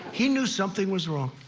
he knew something was wrong.